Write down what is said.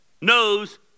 knows